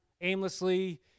aimlessly